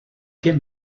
què